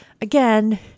again